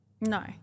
no